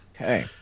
Okay